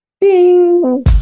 Ding